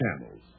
camels